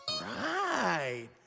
Right